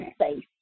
safe